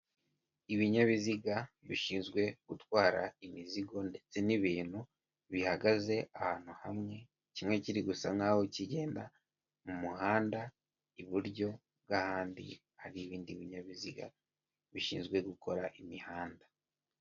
Ibinyabiziga bishinzwe gutwara imizigo ndetse n'ibintu bihagaze ahantu hamwe kimwe kiri gusa nkaho kigenda mu muhanda iburyo bw'ahandi hari ibindi binyabiziga bishinzwe gukora imihanda.